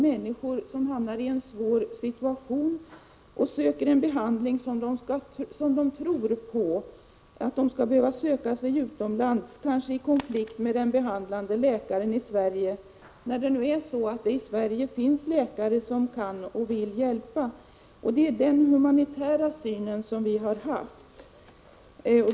Människor som hamnar i en svår situation och vill ha en behandling som de tror på skall inte behöva söka sig utomlands — kanske i konflikt med den i Sverige behandlande läkaren — när det finns läkare i vårt land som kan och vill hjälpa. Det är denna humanitära syn som vi har haft.